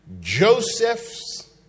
Joseph's